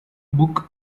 book